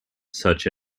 such